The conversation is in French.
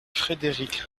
frédéric